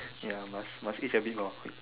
ya must must age a bit more